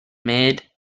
made